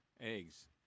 eggs